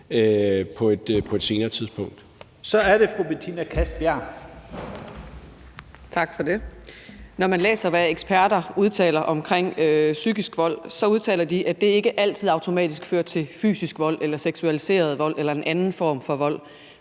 Så er det fru Betina Kastbjerg. Kl. 10:13 Betina Kastbjerg (DD): Tak for det. Når man læser, hvad eksperter udtaler om psykisk vold, udtaler de, at psykisk vold ikke altid automatisk fører til fysisk vold eller seksualiseret vold eller en anden form for vold,